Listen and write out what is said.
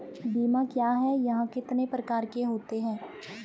बीमा क्या है यह कितने प्रकार के होते हैं?